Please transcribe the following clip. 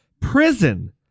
prison